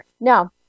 No